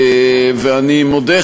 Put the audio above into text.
אני מודה,